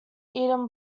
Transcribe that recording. eaten